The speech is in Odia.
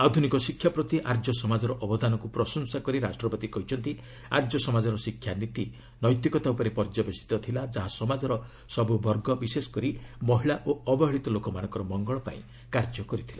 ଆଧୁନିକ ଶିକ୍ଷା ପ୍ରତି ଆର୍ଯ୍ୟ ସମାଜର ଅବଦାନକୁ ପ୍ରଶଂସା କରି ରାଷ୍ଟ୍ରପତି କହିଛନ୍ତି ଆର୍ଯ୍ୟ ସମାଜର ଶିକ୍ଷାନୀତି ନୈତିକତା ଉପରେ ପର୍ଯ୍ୟବସିତ ଥିଲା ଯାହା ସମାଜର ସବୁବର୍ଗ ବିଶେଷ କରି ମହିଳା ଓ ଅବହେଳିତ ଲୋକମାନଙ୍କର ମଙ୍ଗଳ ପାଇଁ କାର୍ଯ୍ୟ କରୁଥିଲା